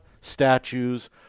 statues